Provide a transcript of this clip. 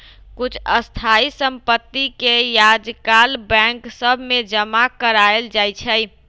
कुछ स्थाइ सम्पति के याजकाल बैंक सभ में जमा करायल जाइ छइ